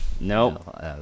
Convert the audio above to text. Nope